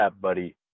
buddy